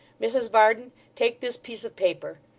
mrs varden, take this piece of paper.